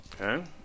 Okay